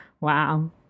wow